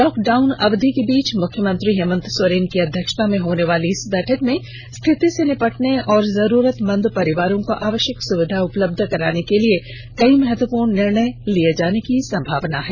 lockdown अवधि के बीच मुख्यमंत्री हेमंत सोरेन की अध्यक्षता में होने वाली इस बैठक में स्थिति से निपटने और जरूरतमंद परिवारों को आवष्यक सुविधा उपलब्ध कराने के लिए कई महत्वपूर्ण निर्णय लिये जाने की संभावना है